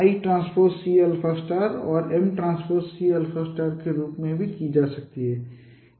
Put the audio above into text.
इसी तरह l12l22 और m12m22की गणना क्रमशः lTCαऔर mTCα के रूप में की जा सकती है